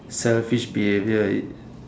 selfish behaviour it's